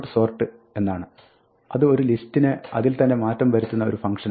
sort എന്നാണ് അത് ഒരു ലിസ്റ്റിനെ അതിൽ തന്നെ മാറ്റം വരുത്തുന്ന ഒരു ഫംഗ്ഷനാണ്